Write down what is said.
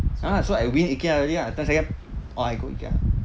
ya lah so I win ikea already lah or I go ikea